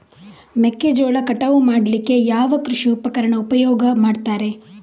ಮೆಕ್ಕೆಜೋಳ ಕಟಾವು ಮಾಡ್ಲಿಕ್ಕೆ ಯಾವ ಕೃಷಿ ಉಪಕರಣ ಉಪಯೋಗ ಮಾಡ್ತಾರೆ?